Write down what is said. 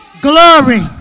Glory